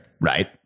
Right